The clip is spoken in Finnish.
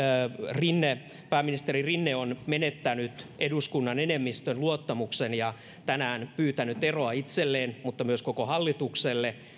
pääministeri rinne on menettänyt eduskunnan enemmistön luottamuksen ja tänään pyytänyt eroa itselleen mutta myös koko hallitukselle